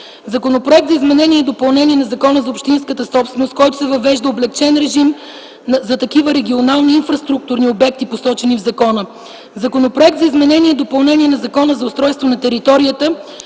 Законопроект за изменение и допълнение на Закона за общинската собственост, с който се въвежда облекчен режим за такива регионални инфраструктурни обекти, посочени в закона; – Законопроект за изменение и допълнение на Закона за устройство на територията,